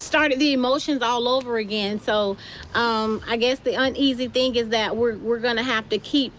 started the emotions all over again so um i guess the uneasy thing is that we're we're going the have to keep